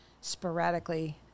sporadically